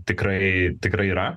tikrai tikrai yra